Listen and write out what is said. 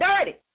dirty